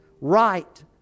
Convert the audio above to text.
right